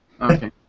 Okay